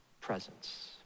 presence